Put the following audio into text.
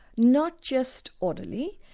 not just orderly.